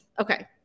okay